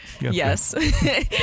Yes